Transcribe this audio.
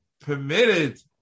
permitted